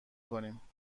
کنیم